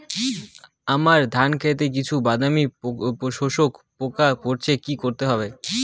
আমার ধন খেতে কিছু বাদামী শোষক পোকা পড়েছে কি করতে হবে?